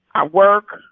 i work.